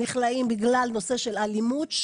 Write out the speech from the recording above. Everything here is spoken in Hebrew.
נכלאים בגלל נושא של אלימות,